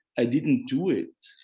i didn't do it.